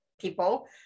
people